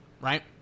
right